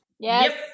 Yes